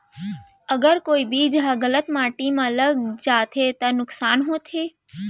अगर कोई बीज ह गलत माटी म लग जाथे त का नुकसान होथे?